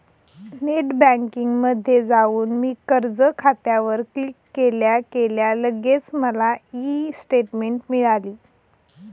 net बँकिंगमध्ये जाऊन मी कर्ज खात्यावर क्लिक केल्या केल्या लगेच मला ई स्टेटमेंट मिळाली